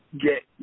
get